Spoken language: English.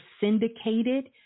syndicated